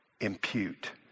impute